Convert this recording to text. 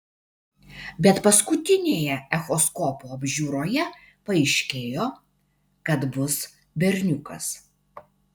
bet paskutinėje echoskopo apžiūroje paaiškėjo kad bus berniukas